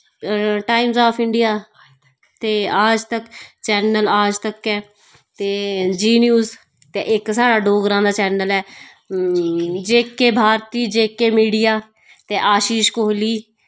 times of India ते Aaj Tak channel Aaj Tak ऐ ते जी न्यूज ते इक साढ़ा डोगरां दा चैनल ऐ जेके भारती जेके मीडिया ते आशीश कोहली